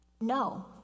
No